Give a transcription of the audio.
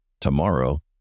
tomorrow